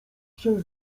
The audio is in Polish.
się